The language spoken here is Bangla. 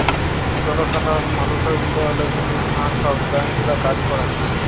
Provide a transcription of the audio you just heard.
জলসাধারল মালুসের উল্ল্যয়লের জ্যনহে হাঁ ছব ব্যাংক গুলা কাজ ক্যরে